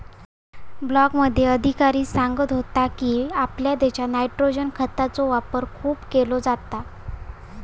ब्लॉकमध्ये अधिकारी सांगत होतो की, आपल्या देशात नायट्रोजन खतांचो वापर खूप केलो जाता